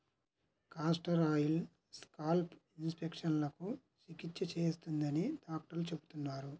castor oil scalp ఇన్ఫెక్షన్లకు చికిత్స చేస్తుందని డాక్టర్లు చెబుతున్నారు